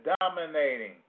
dominating